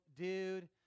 dude